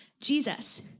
Jesus